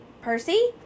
Percy